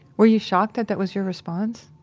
were you shocked that that was your response?